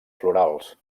florals